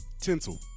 tinsel